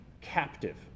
captive